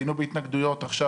היינו בהתנגדויות עכשיו,